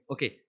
Okay